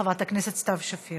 חברת הכנסת סתיו שפיר.